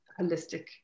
holistic